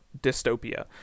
dystopia